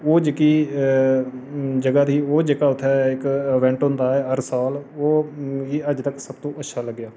ओह् जेह्की ओह् जेह्का उत्थै इवैंट होंदा हर साल ओह् मिगी अज्ज तक सब तों अच्छा लग्गेआ